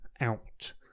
Out